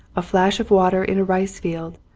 a flash of water in a rice field,